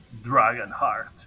Dragonheart